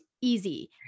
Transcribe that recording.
easy